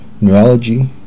neurology